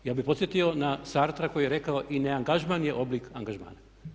Ja bih podsjetio na Sartara koji je rekao i neangažman je oblik angažmana.